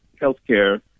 healthcare